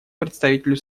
представителю